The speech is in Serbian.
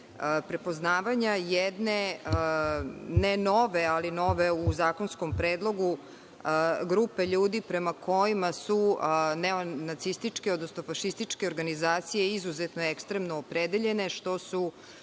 prepoznavanja jedne, ne nove, ali nove u zakonskom predlogu, grupe ljudi prema kojima su neonacističke, odnosno fašističke organizacije izuzetno ekstremno opredeljene, što su